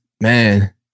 man